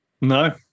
No